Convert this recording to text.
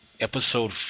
Episode